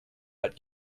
but